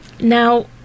now